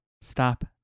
Stop